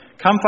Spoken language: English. Come